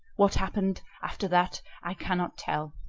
what happened after that i cannot tell,